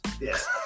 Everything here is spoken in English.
Yes